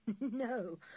No